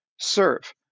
Serve